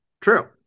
True